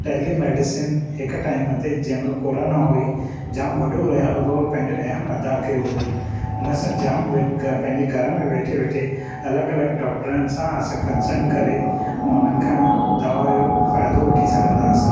telemedicine हिकु time ते जंहिं महिल कोरोना हुई जाम वॾो रोल पंहिंजो अहम अदा कयो हुओ उनसां जाम वेट पंहिंजे घर में वेठे वेठे अलॻि अलॻि डॉक्टरनि सां असां कन्सल्ट करे ऐं उन्हनि खां दवा जो फ़ाइदो वठी सघंदा हुआसीं